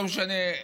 לא משנה,